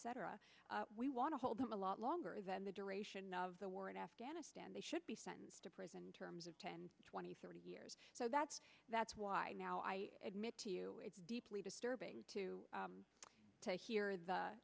etc we want to hold them a lot longer than the duration of the war in afghanistan they should be sentenced to prison terms of ten twenty thirty years so that's that's why now i admit to you it's deeply disturbing to hear the